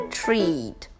treat